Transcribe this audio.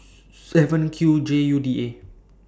seven Q J U D eight